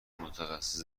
متخصص